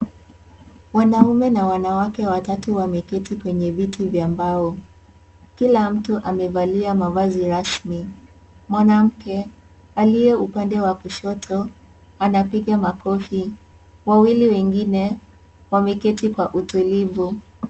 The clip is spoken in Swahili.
Wanaume na wanawake watatu wameketi kwenye viti vya mbao, kila mtu amevalia mavazi rasmi. Mwanamke, aliye uoande wa kushoto anapiga makofi. Wawili wengine, wameketi kwa utulivu.